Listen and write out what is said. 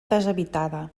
deshabitada